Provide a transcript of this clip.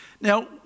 Now